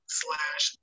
slash